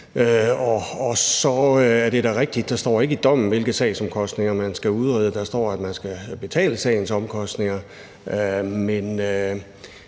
Og så er det da rigtigt, at der ikke står i dommen, hvilke sagsomkostninger man skal udrede. Der står, at man skal betale sagens omkostninger. Men